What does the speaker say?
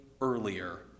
earlier